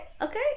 Okay